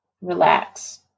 relax